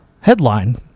Headline